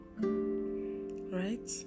right